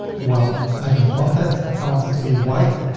well, i don't want that. i want it to be white.